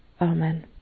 Amen